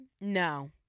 no